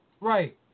Right